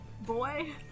Boy